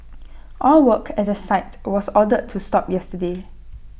all work at the site was ordered to stop yesterday